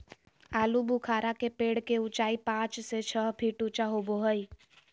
आलूबुखारा के पेड़ के उचाई पांच से छह फीट ऊँचा होबो हइ